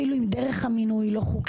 אפילו אם דרך המינוי היא לא חוקית,